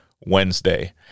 Wednesday